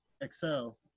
excel